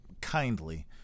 kindly